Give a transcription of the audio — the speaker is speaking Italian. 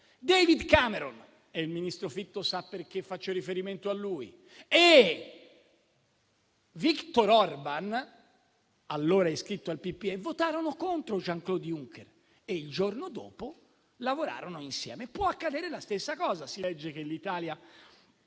a lui) e Viktor Orbán (allora iscritto al PPE) votarono contro Jean-Claude Juncker e il giorno dopo lavorarono insieme. Può accadere la stessa cosa. Si legge che l'Italia,